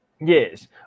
Yes